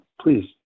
please